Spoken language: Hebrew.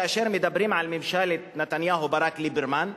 כאשר מדברים על ממשלת נתניהו ברק ליברמן,